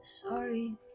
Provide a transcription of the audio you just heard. sorry